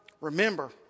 remember